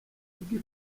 bw’i